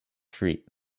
street